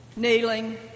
Kneeling